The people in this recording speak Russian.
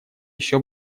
еще